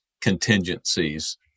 contingencies